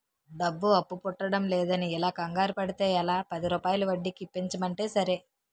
డబ్బు అప్పు పుట్టడంలేదని ఇలా కంగారు పడితే ఎలా, పదిరూపాయల వడ్డీకి ఇప్పించమంటే సరే